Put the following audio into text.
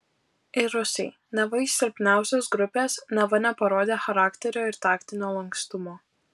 ir rusai neva iš silpniausios grupės neva neparodę charakterio ir taktinio lankstumo